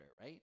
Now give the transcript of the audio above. right